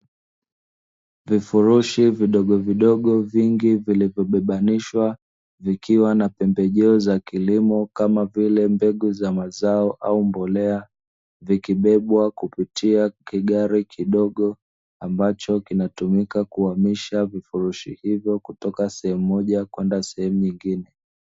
Vifurushi vidogovidogo vingi, vilivyobebanishwa vikiwa na pembejeo za kilimo kama vile; mbegu za mazao au mbolea, zikibebwa kupitia kigari kidogo ambacho kinatumika kuhamisha vifurushi hivyo kutoka sehemu moja kwenda sehemu nyingine.